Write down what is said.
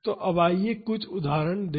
अब आइए कुछ उदाहरण देखें